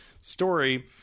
story